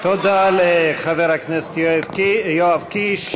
תודה לחבר הכנסת יואב קיש.